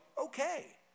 okay